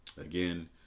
Again